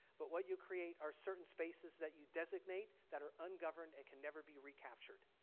but what you create are certain spaces that you designate that are ungoverned and can never be recaptured.